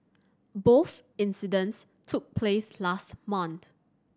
both incidents took place last month